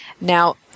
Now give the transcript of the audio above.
Now